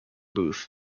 booth